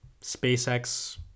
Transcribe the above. SpaceX